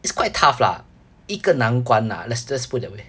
it's quite tough lah 一个难关 lah let's just put it that